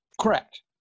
Correct